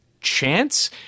chance –